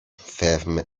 ferm